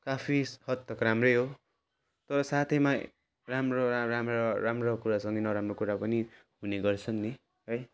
काफी हद तक राम्रै हो तर साथैमा राम्रो रा राम्रो राम्रो कुरासँगै नराम्रो कुरा पनि हुने गर्छन् नि है